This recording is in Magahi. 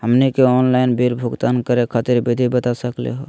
हमनी के आंनलाइन बिल भुगतान करे खातीर विधि बता सकलघ हो?